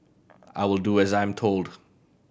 I will do as I'm told